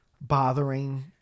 bothering